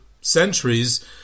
centuries